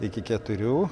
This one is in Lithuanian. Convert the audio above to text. iki keturių